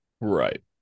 Right